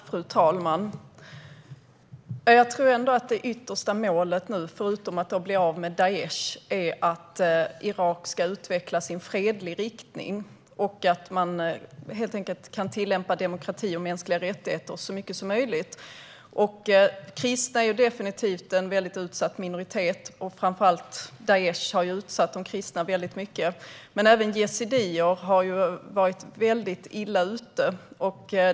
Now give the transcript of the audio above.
Fru talman! Jag tror ändå att det yttersta målet nu, förutom att bli av med Daish, är att Irak ska utvecklas i en fredlig riktning och att man helt enkelt kan tillämpa demokrati och mänskliga rättigheter så mycket som möjligt. Kristna är definitivt en utsatt minoritet. Framför allt Daish har utsatt dem mycket. Men även yazidier har varit illa ute.